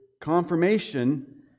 confirmation